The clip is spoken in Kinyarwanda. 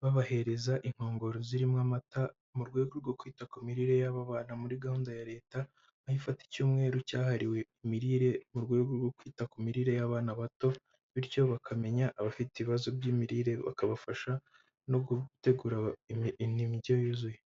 babahereza inkongoro zirimo amata, mu rwego rwo kwita ku mirire y'abo bana muri gahunda ya Leta, aho ifata icyumweru cyahariwe imirire mu rwego rwo kwita ku mirire y'abana bato, bityo bakamenya abafite ibibazo by'imirire, bakabafasha no gutegura indyo yuzuye.